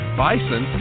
bison